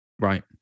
right